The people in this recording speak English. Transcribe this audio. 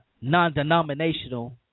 non-denominational